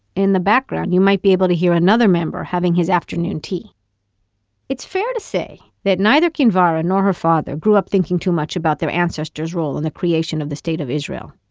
in the background you might be able to hear another member having his afternoon tea it's fair to say that neither kinvara nor her father grew up thinking too much about their ancestor's role in the creation of the state of israel,